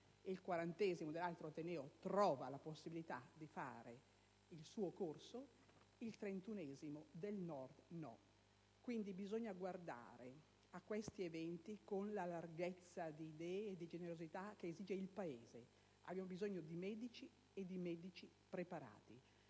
il quarantesimo trova la possibilità di fare il suo corso, mentre il trentunesimo del Nord no. Bisogna quindi guardare a questi eventi con la larghezza di idee e la generosità che esige il Paese. Abbiamo bisogno di medici e di medici preparati.